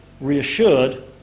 reassured